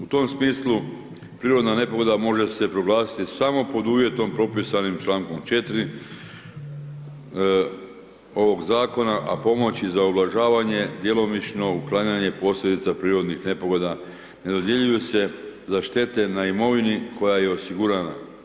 U tom smislu prirodna nepogoda može se proglasiti samo pod uvjetom propisanim čl. 4. ovog Zakona, a pomoći za ublažavanje i djelomično uklanjanje posljedica prirodnih nepogoda ne dodjeljuju se za štete na imovini koja je osigurana.